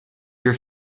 your